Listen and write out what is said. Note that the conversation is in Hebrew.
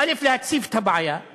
אין לי בעיה עם אף אחד.